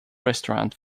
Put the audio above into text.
restaurant